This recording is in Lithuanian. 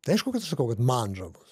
tai aišku kad aš sakau kad man žavus